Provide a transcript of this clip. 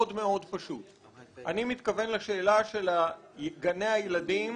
אני מתכוון לשאלה של גני הילדים